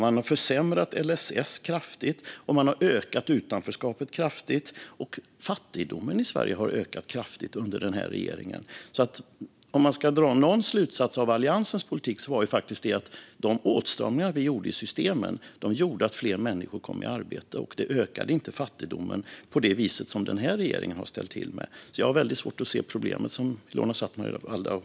Man har försämrat LSS kraftigt och ökat utanförskapet kraftigt. Fattigdomen i Sverige har ökat kraftigt under den här regeringen. Ska man dra någon slutsats av Alliansens politik är det alltså att de åtstramningar vi gjorde i systemen faktiskt gjorde att fler människor kom i arbete. Det ökade inte heller fattigdomen på det vis som den här regeringen har ställt till med. Jag har därför väldigt svårt att se det problem som Ilona Szatmari Waldau pekar på.